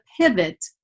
pivot